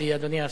אדוני השר,